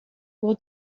will